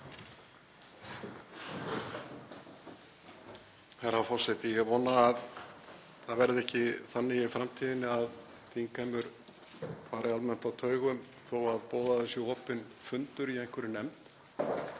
Herra forseti. Ég vona að það verði ekki þannig í framtíðinni að þingheimur fari almennt á taugum þótt boðaður sé opinn fundur í einhverri nefnd,